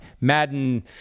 Madden